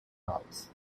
house